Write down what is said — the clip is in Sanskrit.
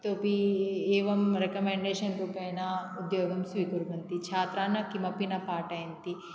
इतोऽपि एवं रेकमण्डेशन् रूपेण उद्योगं स्वीकुर्वन्ति छात्रान् किमपि न पाठयन्ति